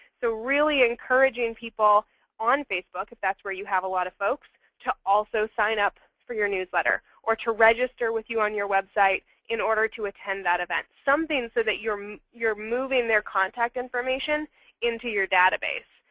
so really encouraging people on facebook, if that's where you have a lot of folks, to also sign up for your newsletter or to register with you on your website in order to attend that event something so that you're moving their contact information into your database.